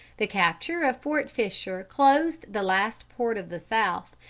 the capture of fort fisher closed the last port of the south,